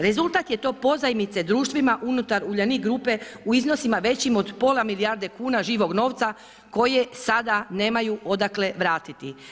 Rezultat je to pozajmice društvima unutar Uljanik grupe u iznosima većim od pola milijarde kuna živog novca koje sada nemaju odakle vratiti.